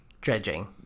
dredging